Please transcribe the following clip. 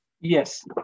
Yes